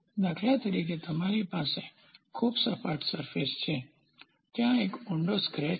દાખ્લા તરીકે તમારી પાસે ખૂબ સપાટ સરફેસ છે ત્યાં એક ઉંડો સ્ક્રેચ છે